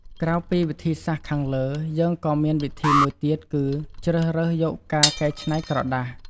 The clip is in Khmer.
ក្រៅពីវិធីសាស្រ្តខាងលើ យើងក៏មានវិធីមួយទៀតគឺ ជ្រើសរើសយកការកែច្នៃក្រដាស។